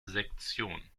sektion